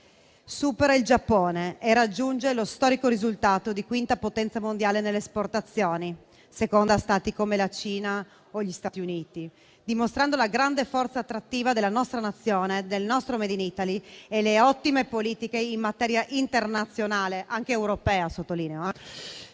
supera il Giappone e raggiunge lo storico risultato di quinta potenza mondiale nelle esportazioni, seconda a Stati come la Cina o gli Stati Uniti, dimostrando la grande forza attrattiva della nostra Nazione, del nostro *made in Italy* e le ottime politiche in materia internazionale, anche europea, portate